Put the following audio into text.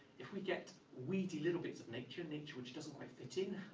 if we get weedy little bits of nature nature which doesn't quite fit in,